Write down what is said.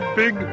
big